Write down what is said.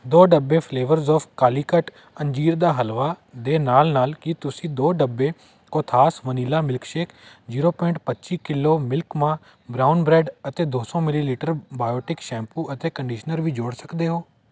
ਦੋ ਡੱਬੇ flavours of Calicut ਅੰਜੀਰ ਦਾ ਹਲਵਾ ਦੇ ਨਾਲ ਨਾਲ ਕੀ ਤੁਸੀਂ ਦੋ ਡੱਬੇ Kothas vanilla milkshake zero point ਪੱਚੀ ਕਿੱਲੋ ਮਿਲਕ ਮਾ ਬਰਾਊਨ ਬ੍ਰੈੱਡ ਅਤੇ ਦੋ ਸੌ ਮਿਲੀ ਲੀਟਰ ਬਾਇਓਟਿਕ ਸ਼ੈਂਪੂ ਅਤੇ ਕੰਡੀਸ਼ਨਰ ਵੀ ਜੋੜ ਸਕਦੇ ਹੋ